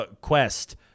Quest